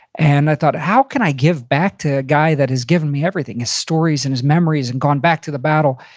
and i thought, how can i give back to a guy that has given me everything? his stories and his memories and gone back to the battle.